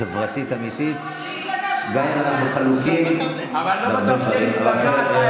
חברתית אמיתית, גם אם אנחנו חלוקים בהמון דברים.